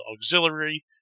auxiliary